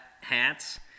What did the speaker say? hats